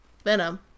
Venom